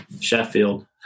Sheffield